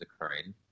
occurring